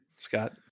scott